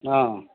ஆ